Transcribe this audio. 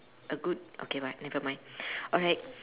a good okay but nevermind alright